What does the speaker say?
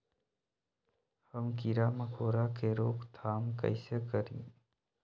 हम किरा मकोरा के रोक थाम कईसे करी?